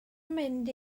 mynd